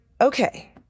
okay